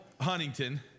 Huntington